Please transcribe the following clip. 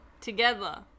together